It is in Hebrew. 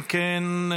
אם כן,